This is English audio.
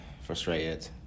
frustrated